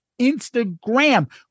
Instagram